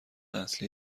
اصلی